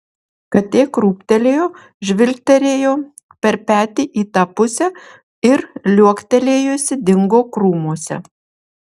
katė krūptelėjo žvilgterėjo per petį į tą pusę ir liuoktelėjusi dingo krūmuose